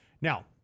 Now